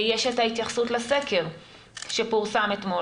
יש את ההתייחסות לסקר שפורסם אתמול